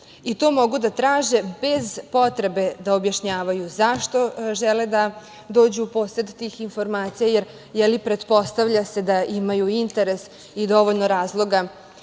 To mogu da traže bez potrebe da objašnjavaju zašto žele da dođu u posed tih informacija, jer se pretpostavlja da imaju interes i dovoljno razloga